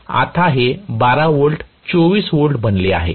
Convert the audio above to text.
आता हे 12 V 24 V बनले आहे